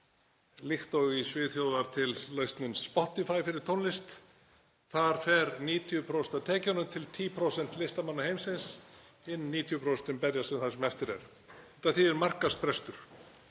Líkt og í Svíþjóð varð til lausnin Spotify fyrir tónlist. Þar fer 90% af tekjunum til 10% listamanna heimsins. Hin 90% berjast um það sem eftir er. Út af því er markaðsbrestur